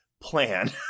plan